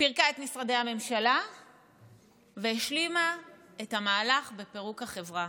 פירקה את משרדי הממשלה והשלימה את המהלך בפירוק החברה.